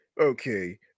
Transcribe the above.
Okay